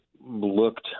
looked